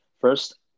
first